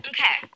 Okay